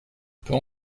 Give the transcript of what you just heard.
peut